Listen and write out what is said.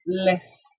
less